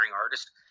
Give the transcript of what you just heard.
artist